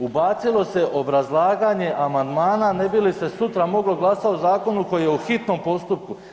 Ubacilo se obrazlaganje amandmana ne bi li se sutra moglo glasati o zakonu koji je u hitnom postupku.